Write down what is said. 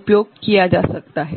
उपयोग किया जा सकता है